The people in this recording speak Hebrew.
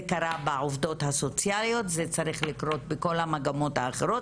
זה קרה בעובדות הסוציאליות וזה צריך לקרות בכל המגמות האחרות.